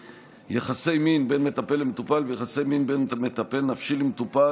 יחסי מין בין מטפל למטופל ויחסי מין בין מטפל נפשי למטופל,